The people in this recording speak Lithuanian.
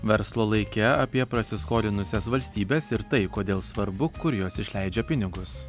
verslo laike apie prasiskolinusias valstybes ir tai kodėl svarbu kur jos išleidžia pinigus